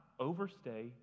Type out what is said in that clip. overstay